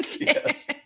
Yes